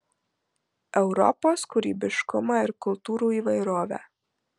europos kūrybiškumą ir kultūrų įvairovę